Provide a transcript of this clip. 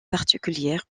particulière